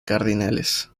cardinales